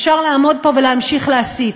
אפשר לעמוד פה ולהמשיך להסית,